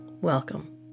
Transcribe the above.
welcome